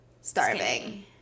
Starving